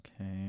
Okay